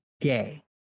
gay